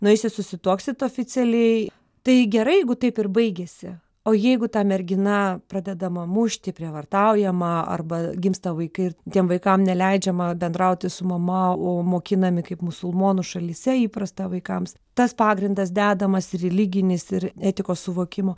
nueisi susituoksit oficialiai tai gerai jeigu taip ir baigiasi o jeigu ta mergina pradedama mušti prievartaujama arba gimsta vaikai ir tiem vaikam neleidžiama bendrauti su mama o mokinami kaip musulmonų šalyse įprasta vaikams tas pagrindas dedamas ir religinis ir etikos suvokimo